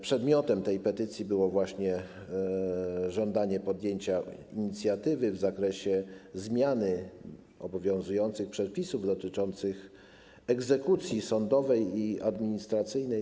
Przedmiotem tej petycji było właśnie żądanie podjęcia inicjatywy w zakresie zmiany obowiązujących przepisów dotyczących egzekucji sądowej i administracyjnej.